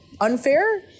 Unfair